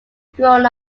grown